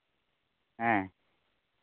ᱦᱮᱸ